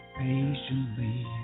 patiently